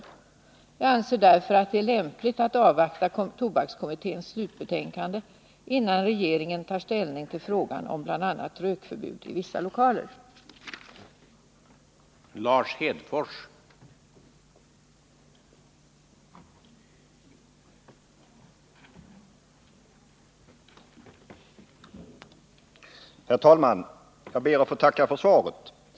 Jag anser Nr 123 därför att det är lämpligt att avvakta tobakskommitténs slutbetänkande Torsdagen den innan regeringen tar ställning till frågan om bl.a. rökförbud i vissa 17 april 1980 lokaler.